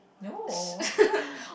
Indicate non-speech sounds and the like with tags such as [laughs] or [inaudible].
no [laughs]